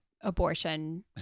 abortion